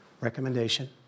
recommendation